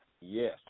Yes